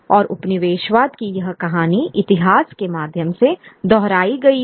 और उपनिवेशवाद की यह कहानी इतिहास के माध्यम से दोहराई गई थी